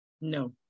no